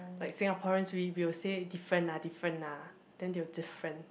like Singaporean we will say different ah different ah then they will different